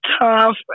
tough